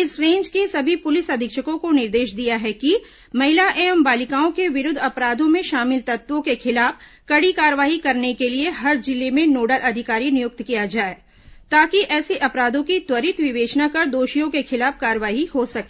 इस रेंज के सभी पुलिस अधीक्षकों को निर्देश दिया है कि महिला एवं बालिकाओं के विरूद्व अपराधों में शामिल तत्वों के खिलाफ कड़ी कार्रवाई करने के लिए हर जिले में नोडल अधिकारी नियुक्त किया जाए ताकि ऐसे अपराधों की त्वरित विवेचना कर दोषियों को खिलाफ कार्रवाई हो सकें